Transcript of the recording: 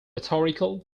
rhetorical